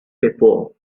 before